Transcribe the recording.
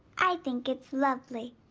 i think it's lovely.